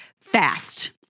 fast